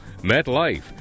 MetLife